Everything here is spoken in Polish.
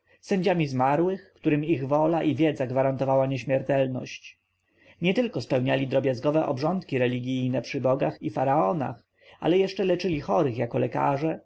zmarłych którym ich wola i wiedza gwarantowała nieśmiertelność nietylko spełniali drobiazgowe obrządki religijne przy bogach i faraonach ale jeszcze leczyli chorych jako lekarze